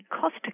cost